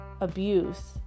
abuse